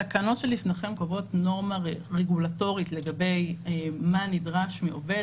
התקנות שלפניכם קובעות נורמה רגולטורית לגבי מה נדרש מעובד